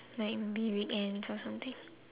like maybe weekends or something